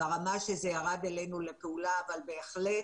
ברמה שזה ירד אלינו לפעולה אבל בהחלט,